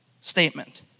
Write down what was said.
statement